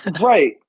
Right